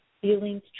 feelings